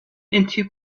into